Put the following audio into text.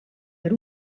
per